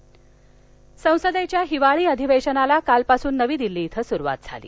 हिवाळी अधिवेशन संसदेच्या हिवाळी अधिवेशनाला काल पासून नवी दिल्ली इथं सुरुवात झाली